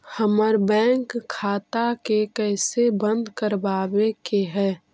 हमर बैंक खाता के कैसे बंद करबाबे के है?